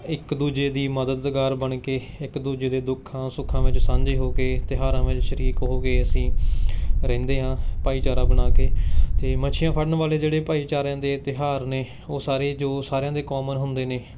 ਇੱਕ ਦੂਜੇ ਦੀ ਮਦਦਗਾਰ ਬਣ ਕੇ ਇੱਕ ਦੂਜੇ ਦੇ ਦੁੱਖਾਂ ਸੁੱਖਾਂ ਵਿੱਚ ਸਾਂਝੇ ਹੋ ਕੇ ਤਿਉਹਾਰਾਂ ਵਿੱਚ ਸ਼ਰੀਕ ਹੋ ਕੇ ਅਸੀਂ ਰਹਿੰਦੇ ਹਾਂ ਭਾਈਚਾਰਾ ਬਣਾ ਕੇ ਅਤੇ ਮੱਛੀਆਂ ਫੜਨ ਵਾਲੇ ਜਿਹੜੇ ਭਾਈਚਾਰਿਆਂ ਦੇ ਤਿਉਹਾਰ ਨੇ ਓਹ ਸਾਰੇ ਜੋ ਸਾਰਿਆਂ ਦੇ ਕੋਮਨ ਹੁੰਦੇ ਨੇ